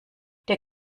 der